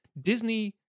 Disney